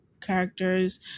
characters